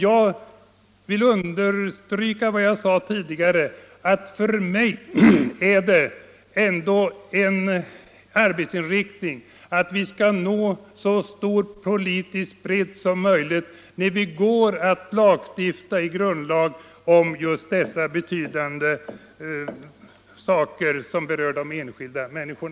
Jag vill understryka vad jag sade tidigare, nämligen att jag har den arbetsinriktningen att vi skall försöka nå så stor politisk enighet som möjligt när vi går att grundlagsfästa dessa för de enskilda människorna betydelsefulla stadganden.